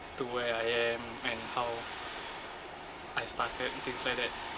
to where I am and how I started things like that